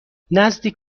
نزدیک